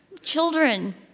children